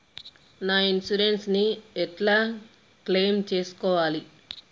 నా ఇన్సూరెన్స్ ని ఎట్ల క్లెయిమ్ చేస్కోవాలి?